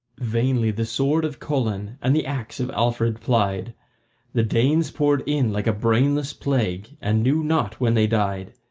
vainly the sword of colan and the axe of alfred plied the danes poured in like a brainless plague, and knew not when they died.